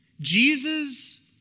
Jesus